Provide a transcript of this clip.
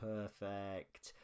Perfect